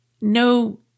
no